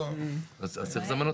אז צריך לזמן אותם.